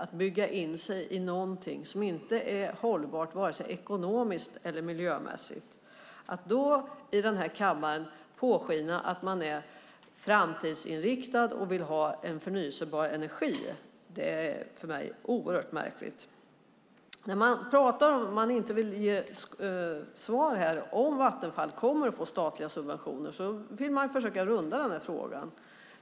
Man bygger in sig i något som inte är hållbart vare sig ekonomiskt eller miljömässigt. Att då i den här kammaren påskina att man är framtidsinriktad och vill ha en förnybar energi är för mig oerhört märkligt. Man vill inte ge svar här om Vattenfall kommer att få statliga subventioner. Man försöker runda frågan.